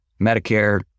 Medicare